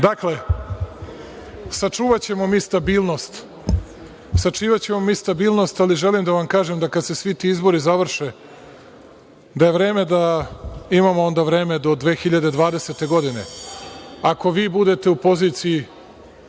sačuvaćemo mi stabilnost, ali želim da vam kažem da kad se svi ti izbori završe, da je vreme da, imamo onda vreme do 2020. godine, ako vi budete u poziciji,